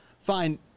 fine